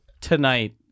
tonight